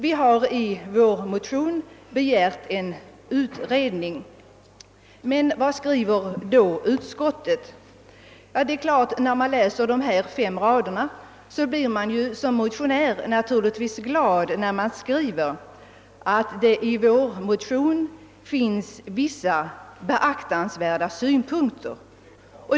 Vi har i motionsparet begärt en utredning. Men vad skriver då utskottet? Ja, när man läser de fem raderna blir man naturligtvis glad över att det står att det i motionsparet finns »vissa beaktansvärda synpunkter».